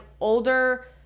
older